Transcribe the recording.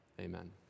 amen